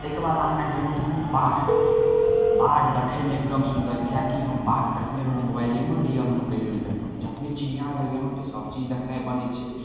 तैके बाद आगाँ गेलहुँ तऽ हम बाघ देखलहुँ बाघ देखयमे एकदम सुन्दर किएक कि हम बाघ देखने रहौं मोबाइलेमे रियलमे कहियो नहि देखलहुँ जखने चिड़िया घर गेलहुँ तऽ सब चीज देखनाइ बनै छै